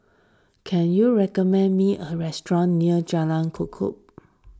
can you recommend me a restaurant near Jalan Chorak